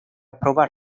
probar